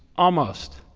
almost.